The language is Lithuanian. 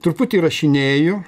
truputį rašinėju